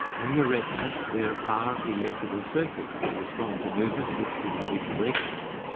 in the retina there are electrical circuits that respond to movement in a specific direction.